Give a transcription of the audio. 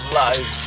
life